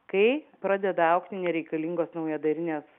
kai pradeda augti nereikalingos naujadarinės